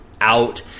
out